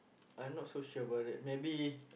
I'm not so sure about that maybe